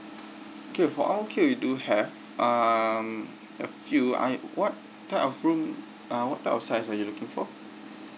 okay for ang mo kio we do have um a few I what type of room uh what type of size are you looking for